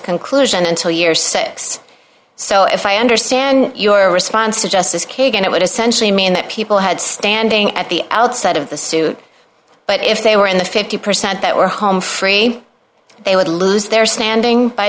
conclusion until year six so if i understand your response to justice kagan it would essentially mean that people had standing at the outset of the suit but if they were in the fifty percent that were home free they would lose their standing by